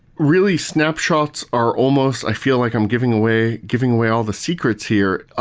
really, snapshots are almost i feel like i'm giving away giving away all the secrets here. ah